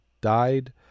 died